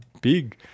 big